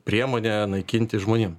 priemonė naikinti žmonėm